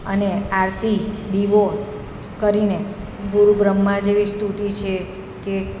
અને આરતી દીવો કરીને ગુરુ બ્રહ્મા જેવી સ્તુતિ છે કે